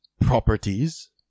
properties